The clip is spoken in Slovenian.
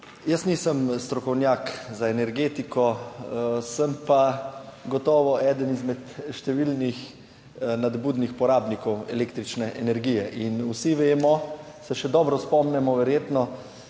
Jaz nisem strokovnjak za energetiko, sem pa gotovo eden izmed številnih nadobudnih porabnikov električne energije in vsi vemo, se še dobro spomnimo verjetno